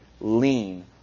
lean